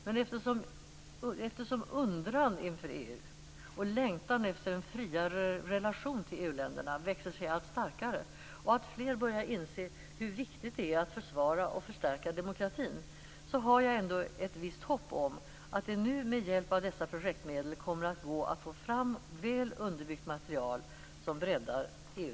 Men eftersom undran inför EU och längtan efter en friare relation till EU-länderna växer sig allt starkare och alltfler börjar inse hur viktigt det är att försvara och förstärka demokratin har jag ett visst hopp om att det nu med hjälp av dessa projektmedel kommer att gå att få fram väl underbyggt material som breddar EU